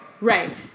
Right